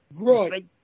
Right